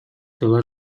тыла